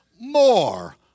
more